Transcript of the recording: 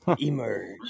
emerge